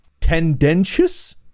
Tendentious